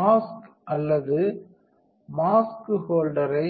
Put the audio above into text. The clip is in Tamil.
மாஸ்க் அல்லது மாஸ்க் ஹோல்டேரை